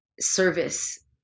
service